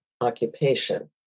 occupation